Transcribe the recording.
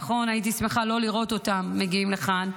נכון, הייתי שמחה לא לראות אותם מגיעים לכאן,